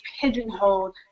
pigeonholed